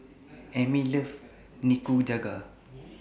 Emil loves Nikujaga